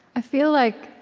i feel like